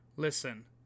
Listen